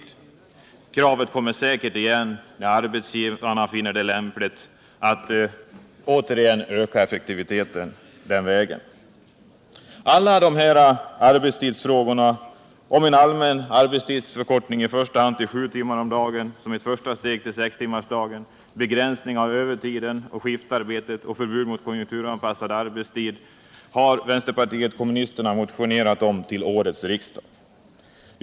Det kravet kommer säkert igen när arbetsköparna finner det lämpligt att den vägen öka effektiviteten. Alla dessa arbetstidsfrågor —en allmän arbetstidsförkortning till sju timmar om dagen som ett första steg på vägen mot sextimmarsdagen, begränsning av övertid och skiftarbete samt förbud mot konjunkturanpassning av arbetstiden — har vpk motionerat om till årets riksdag.